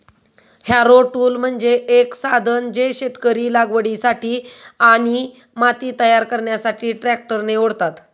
Harrow tool म्हणजे एक साधन जे शेतकरी लागवडीसाठी आणि माती तयार करण्यासाठी ट्रॅक्टरने ओढतात